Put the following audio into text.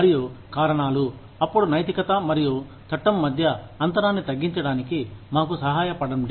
మరియు కారణాలు అప్పుడు నైతికత మరియు చట్టం మధ్య అంతరాన్ని తగ్గించడానికి మాకు సహాయపడండి